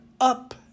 up